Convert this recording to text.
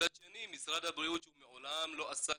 מצד שני משרד הבריאות שהוא מעולם לא עסק